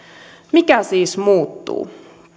mikä siis muuttuu